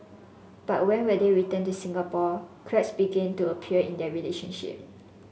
but when they returned to Singapore cracks began to appear in their relationship